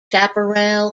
chaparral